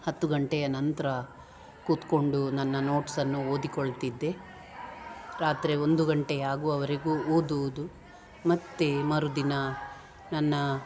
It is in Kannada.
ಹತ್ತು ಗಂಟೆಯ ನಂತರ ಕುತ್ಕೊಂಡು ನನ್ನ ನೋಟ್ಸ್ ಅನ್ನು ಓದಿಕೊಳ್ತಿದ್ದೆ ರಾತ್ರಿ ಒಂದು ಗಂಟೆ ಆಗುವವರೆಗೂ ಓದುವುದು ಮತ್ತು ಮರುದಿನ ನನ್ನ